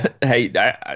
Hey